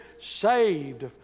saved